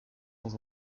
dans